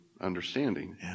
understanding